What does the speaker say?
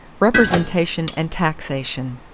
representation and taxation.